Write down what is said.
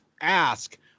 ask